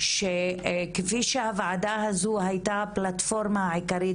שכפי שהוועדה הזו הייתה פלטפורמה העיקרית